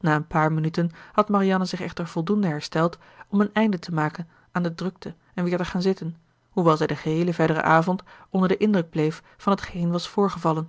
na een paar minuten had marianne zich echter voldoende hersteld om een einde te maken aan de drukte en weer te gaan zitten hoewel zij den geheelen verderen avond onder den indruk bleef van hetgeen was voorgevallen